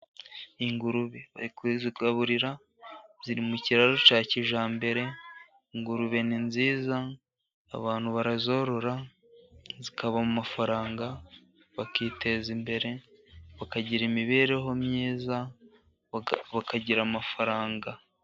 Ingurube bari kuzigaburira, ziri mu kiraro cya kijyambere, ingurube ni nziza abantu barazorora, zikabaha amafaranga bakiteza imbere, bakagira imibereho myiza, bakagira amafaranga.